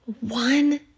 one